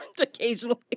occasionally